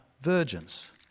virgins